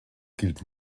gilt